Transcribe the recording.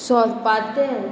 सोपातेल